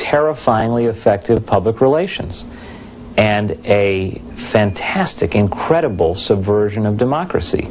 terrifyingly effective public relations and a fantastic incredible subversion of democracy